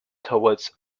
toward